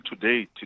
today